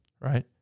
right